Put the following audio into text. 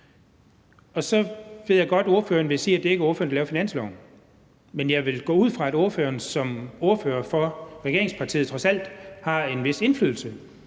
(DF): Jeg ved godt, at ordføreren vil sige, at det ikke er ordføreren, der laver finansloven, men jeg vil gå ud fra, at ordføreren som ordfører for regeringspartiet trods alt har en vis indflydelse